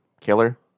killer